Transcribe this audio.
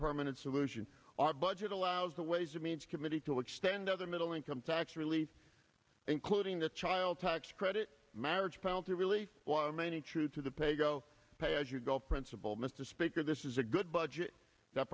permanent solution our budget allows the ways and means committee to extend other middle income tax relief including the child tax credit marriage penalty relief while many true to the pay go pay as you go principle mr speaker this is a good budget that